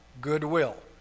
goodwill